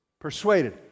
persuaded